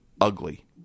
ugly